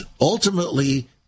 ultimately